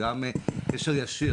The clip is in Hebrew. וגם קשר ישיר.